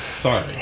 Sorry